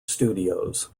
studios